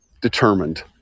determined